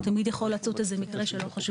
תמיד יכול לצוץ איזה מקרה שלא חשבנו עליו.